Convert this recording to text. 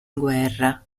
guerra